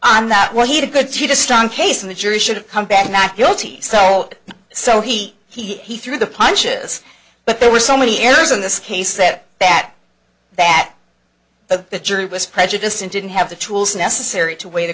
on that one he had a good t to strong case in the jury should have come back not guilty so so he he threw the punches but there were so many errors in this case that that that the the jury was prejudiced and didn't have the tools necessary to weigh the